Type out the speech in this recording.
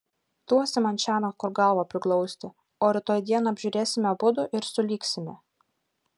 duosi man šiąnakt kur galvą priglausti o rytoj dieną apžiūrėsime abudu ir sulygsime